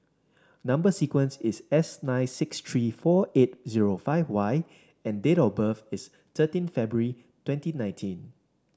number sequence is S nine six three four eight zero five Y and date of birth is thirteen February twenty nineteen